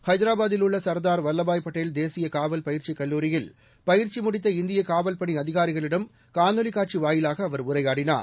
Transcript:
ஹைதராபாதில் உள்ள சர்தார் வல்லபாய் படேல் தேசிய காவல் பயிற்சிக் கல்லூரியில் பயிற்சி முடித்த இந்திய காவல்பணி அதிகாரிகளிடம் காணொலிக் காட்சி வாயிலாக அவர் உரையாடினார்